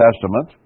Testament